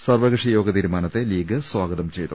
സർവ്വകക്ഷി യോഗ തീരുമാനത്തെ ലീഗ് സ്വാഗതം ചെയ്തു